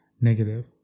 negative